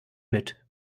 mit